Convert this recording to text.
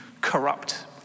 corrupt